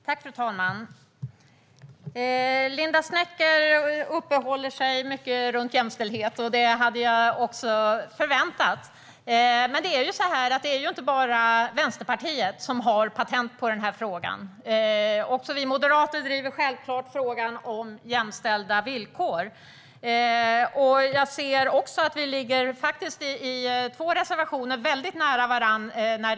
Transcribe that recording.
Fru talman! Linda Snecker uppehåller sig mycket vid jämställdhet, och det hade jag också förväntat mig. Men det är ju inte bara Vänsterpartiet som har patent på den frågan. Också vi moderater driver självklart frågan om jämställda villkor. Jag ser också att vi i två reservationer faktiskt ligger väldigt nära varandra.